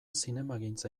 zinemagintza